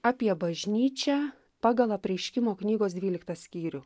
apie bažnyčią pagal apreiškimo knygos dvyliktą skyrių